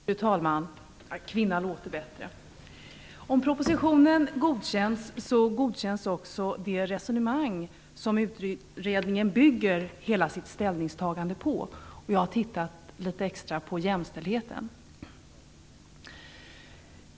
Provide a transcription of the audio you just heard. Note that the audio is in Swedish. Fru talman! Talkvinna låter bättre. Om propositionen godkänns godkänns också det resonemang som utredningen bygger hela sitt ställningstagande på. Jag har tittat litet extra på jämställdheten.